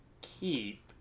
keep